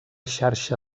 xarxa